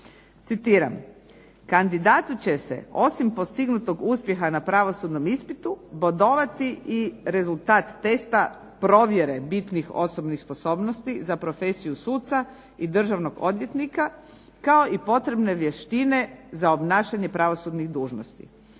Citiram: "Kandidatu će se osim postignutom uspjeha na pravosudnom ispitu bodovati i rezultat testa provjere bitnih osobnih sposobnosti za profesiju suca i državnog odvjetnika kao i potrebne vještine za obnašanje pravosudnih dužnosti.